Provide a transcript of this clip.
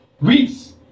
weeks